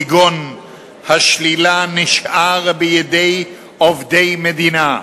כגון השלילה, נשארות בידי עובדי מדינה.